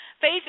Faith